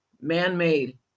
Man-made